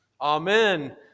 Amen